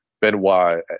Benoit